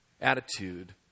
attitude